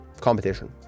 competition